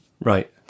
Right